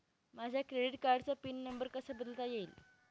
माझ्या क्रेडिट कार्डचा PIN number कसा बदलता येईल?